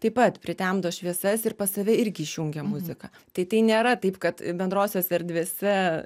taip pat pritemdo šviesas ir pas save irgi išjungia muziką tai tai nėra taip kad bendrosiose erdvėse